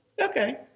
Okay